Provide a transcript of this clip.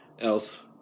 else